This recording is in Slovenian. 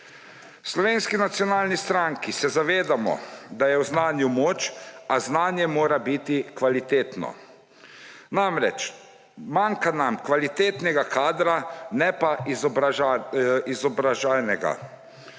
Slovenski nacionalni stranki se zavedamo, da je v znanju moč, a znanje mora biti kvalitetno. Namreč, manjka nam kvalitetnega kadra, ne pa izobraženega.